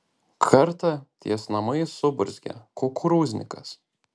kartą ties namais suburzgė kukurūznikas